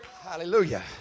Hallelujah